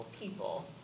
people